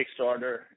Kickstarter